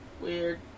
Weird